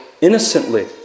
innocently